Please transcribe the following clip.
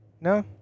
No